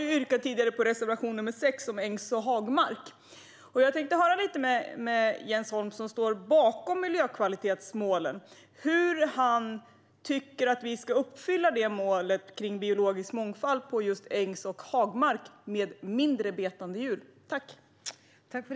Jag har tidigare yrkat på reservation nr 6 om ängs och hagmark, och jag tänkte höra lite med Jens Holm som står bakom miljökvalitetsmålen hur han tycker att vi ska uppfylla målet om biologisk mångfald på just ängs och hagmark med färre betande djur.